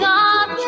God